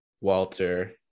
Walter